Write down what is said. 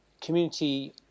community